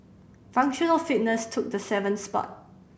functional fitness took the seventh spot